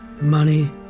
money